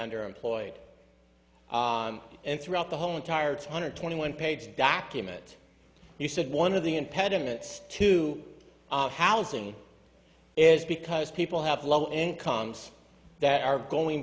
underemployed and throughout the whole entire two hundred twenty one page document you said one of the impediments to housing is because people have low incomes that are going